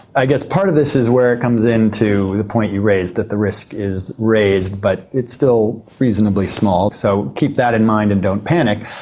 i guess part of this is where it comes in to the point you raised that the risk is raised but it's still reasonably small so keep that in mind and don't panic.